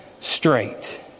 Straight